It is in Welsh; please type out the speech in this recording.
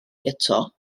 eto